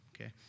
Okay